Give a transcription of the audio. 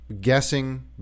guessing